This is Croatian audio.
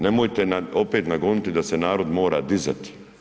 Nemojte opet nagoniti da se narod mora dizati.